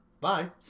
Bye